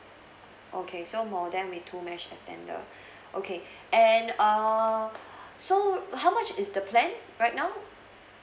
okay so modem into mesh extender okay and err so how much is the plan right now